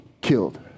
killed